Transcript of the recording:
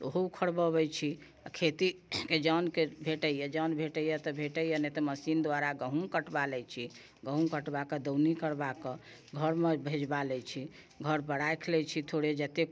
तऽ ओहो उखड़बबैत छी खेती के जौनके भेटैया जौन भेटैया तऽ भेटैया नहि तऽ मशीन दुआरा गहूँम कटबा लैत छी गहूँम कटबाके दौनी करबाके घरमे भिजबा लै छी घर पर राखि लै छी थोड़े जतेक